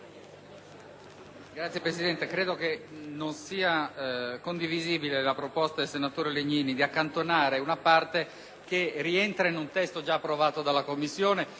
Signora Presidente, non credo sia condivisibile la proposta del senatore Legnini di accantonare articoli che rientrano in un testo già approvato dalle Commissioni